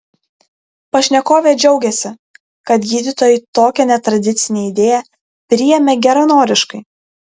pašnekovė džiaugiasi kad gydytojai tokią netradicinę idėją priėmė geranoriškai